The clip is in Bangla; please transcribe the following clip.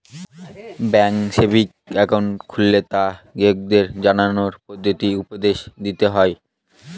ব্যাঙ্কে সেভিংস একাউন্ট খুললে তা গ্রাহককে জানানোর পদ্ধতি উপদেশ দিতে হয়